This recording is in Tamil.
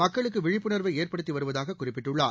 மக்களுக்கு விழிப்புணர்வை ஏற்படுத்தி வருவதாக குறிப்பிட்டுள்ளார்